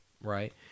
right